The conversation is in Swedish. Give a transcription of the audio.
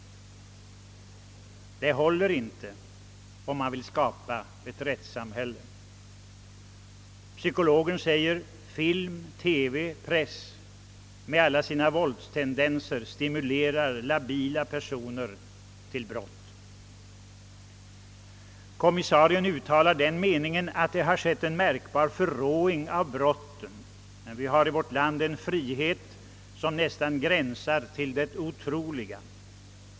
Det håller inte, om man vill skapa ett rättssamhälle. Psykologen säger: »Film, TV, press med alla sina våldstendenser stimulerar labila personer till brott.» Kommissarien uttalar den meningen att det skett ett märkligt förråande av oarotten, och att vi har i vårt land en 'rihet som nästan gränsar till det otro ;iga.